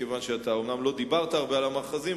מכיוון שאתה אומנם לא דיברת הרבה על המאחזים,